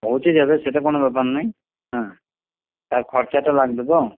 পৌঁছে যাবে সেটা কোনো ব্যাপার নাই হ্যাঁ তার খরচাটা লাগবে তো